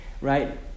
right